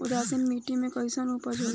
उदासीन मिट्टी में कईसन उपज होला?